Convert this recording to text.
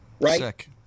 right